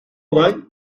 olay